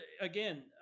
again